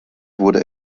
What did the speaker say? wurde